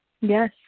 yes